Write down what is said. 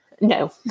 No